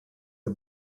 the